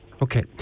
Okay